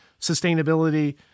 sustainability